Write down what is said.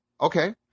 okay